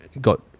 got